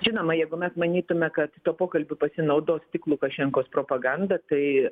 žinoma jeigu mes manytume kad tuo pokalbiu pasinaudos tik lukašenkos propaganda tai